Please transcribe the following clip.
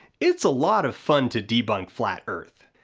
it's a lot of fun to debunk flat earth.